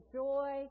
joy